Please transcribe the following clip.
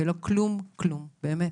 איבה, ולא כלום, באמת.